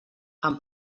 amb